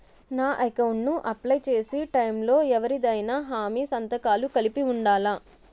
నా అకౌంట్ ను అప్లై చేసి టైం లో ఎవరిదైనా హామీ సంతకాలు కలిపి ఉండలా?